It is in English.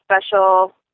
special